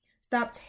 Stop